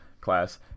class